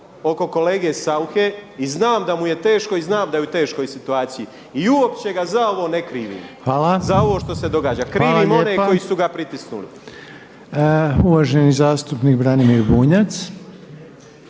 oko kolege Sauche i znam da mu je teško i znam da je u teškoj situaciji i uopće ga za ovo ne krivim, za ovo što se događa, krivim one koji su ga pritisnuli. **Reiner, Željko